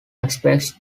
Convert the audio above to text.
aspects